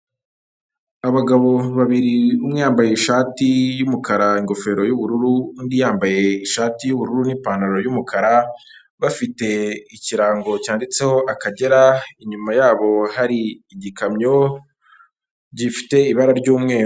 Abagabo babiri umwe yambaye ishati y'umukara, ingofero y'ubururu, undi yambaye ishati y'ubururu n'ipantaro y'umukara, bafite ikirango cyanditseho akagera, inyuma yabo hari igikamyo gifite ibara ry'umweru.